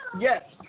Yes